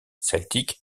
celtique